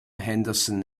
henderson